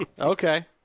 Okay